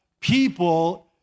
people